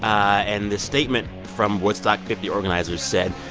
and the statement from woodstock fifty organizers said,